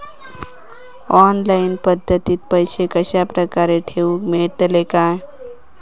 Online पद्धतीन पैसे कश्या प्रकारे ठेऊक मेळतले काय?